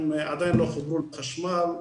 הם עדיין לא חוברו לחשמל,